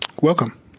Welcome